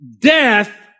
death